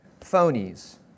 phonies